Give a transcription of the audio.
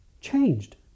changed